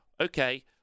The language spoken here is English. okay